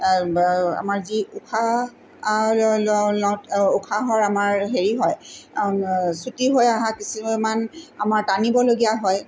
আমাৰ যি উশাহ উশাহৰ আমাৰ হেৰি হয় চুটি হৈ অহা কিছুমান আমাৰ টানিবলগীয়া হয়